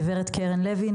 גברת קרן לוי,